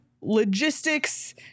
logistics